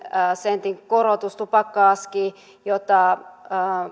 sentin korotus tupakka askiin